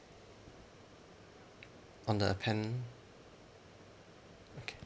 on the appen okay